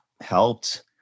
helped